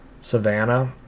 Savannah